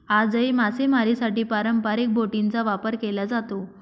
आजही मासेमारीसाठी पारंपरिक बोटींचा वापर केला जात आहे